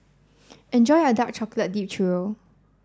enjoy your Dark Chocolate Dipped Churro